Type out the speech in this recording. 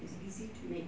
it's easy to make